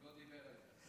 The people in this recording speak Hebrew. הוא לא דיבר על זה.